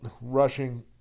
rushing